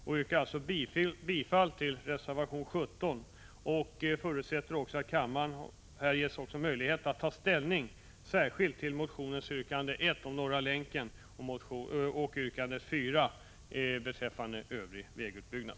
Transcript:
Jag yrkar bifall till reservation 17 och förutsätter att kammaren får möjlighet att ta ställning särskilt till motionens yrkande 1 om Norra Länken och yrkande 4 om övrig vägutbyggnad.